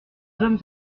hommes